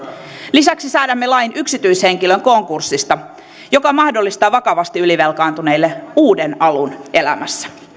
lisäksi säädämme lain yksityishenkilön konkurssista joka mahdollistaa vakavasti ylivelkaantuneille uuden alun elämässä